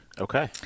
Okay